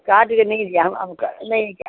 card तो नहीं दिया हम हम का नहीं दिया